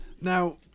Now